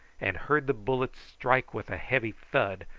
and heard the bullet strike with a heavy thud,